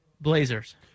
Blazers